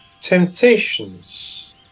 temptations